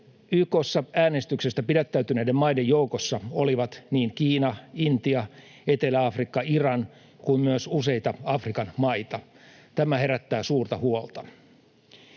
äänestyksestä pidättäytyneiden maiden joukossa olivat niin Kiina, Intia, Etelä-Afrikka, Iran, kuin myös useita Afrikan maita. Tämä herättää suurta huolta.